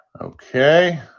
Okay